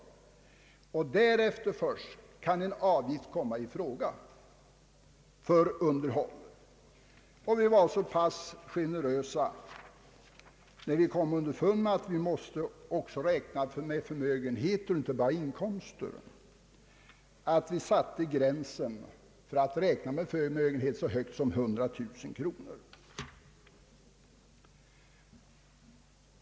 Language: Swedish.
Först därefter kan en avgift komma i fråga för underhåll. När vi kom underfund med att vi också måste räkna med vederbörandes förmögenhet, var vi så pass generösa att vi satte gränsen för förmögenheten så högt som vid 100 000 kronor.